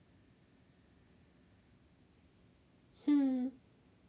hmm